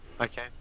Okay